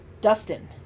Dustin